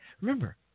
remember